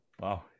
Wow